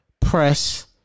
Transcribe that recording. press